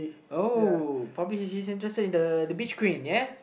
oh probably he's interested in the the beach cream ya